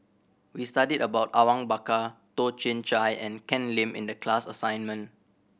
we studied about Awang Bakar Toh Chin Chye and Ken Lim in the class assignment